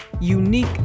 unique